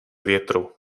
větru